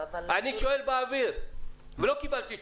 שואל באוויר, ולא קיבלתי תשובה.